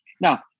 Now